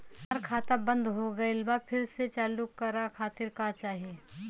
हमार खाता बंद हो गइल बा फिर से चालू करा खातिर का चाही?